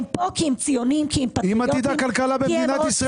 הם פה כי הם ציוניים- -- אם עתיד הכלכלה במדינת ישראל